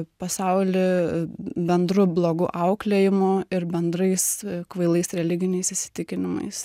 pasauly bendru blogu auklėjimu ir bendrais kvailais religiniais įsitikinimais